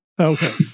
Okay